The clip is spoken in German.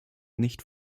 nicht